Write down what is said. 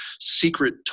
secret